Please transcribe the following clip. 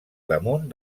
damunt